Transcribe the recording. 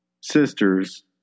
sisters